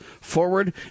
forward